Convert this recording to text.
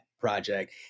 project